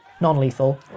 non-lethal